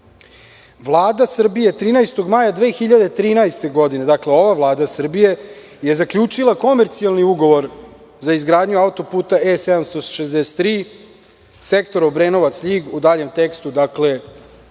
Vlada Srbije 13. maja 2013. godine, dakle ova Vlada Srbije, je zaključila komercijalni ugovor za izgradnju autoputa E763 sektor Obrenovac-Ljig, u daljem tekstu ovaj